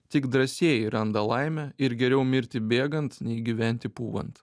tik drąsieji randa laimę ir geriau mirti bėgant nei gyventi pūvant